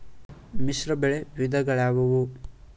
ಮಿಶ್ರಬೆಳೆ ವಿಧಗಳಾವುವು?